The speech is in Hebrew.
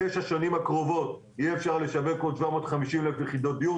בתשע השנים הקרובות יהיה אפשר יהיה לשווק עוד 750,000 יחידות דיור.